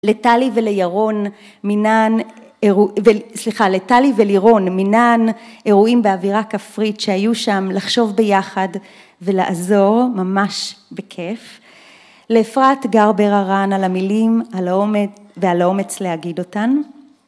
לטלי ולירון מינן, סליחה, לטלי ולירון מינן אירועים באווירה כפרית שהיו שם לחשוב ביחד ולעזור ממש בכיף. לפרט גרבר הרן על המילים ועל האומץ להגיד אותן.